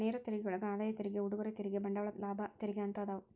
ನೇರ ತೆರಿಗೆಯೊಳಗ ಆದಾಯ ತೆರಿಗೆ ಉಡುಗೊರೆ ತೆರಿಗೆ ಬಂಡವಾಳ ಲಾಭ ತೆರಿಗೆ ಅಂತ ಅದಾವ